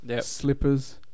slippers